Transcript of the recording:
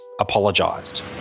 apologised